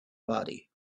body